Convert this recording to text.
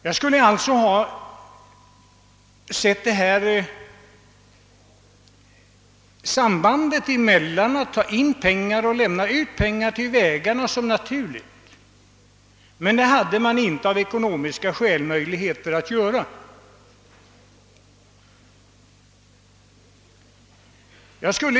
Jag skulle alltså ha velat se ett samband mellan att ta in ytterligare pengar av bilismen och lämna ut pengar till vägarna som naturligt, men det har man av ekonomiska skäl inte haft möjlighet till.